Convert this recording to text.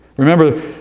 Remember